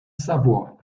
savoie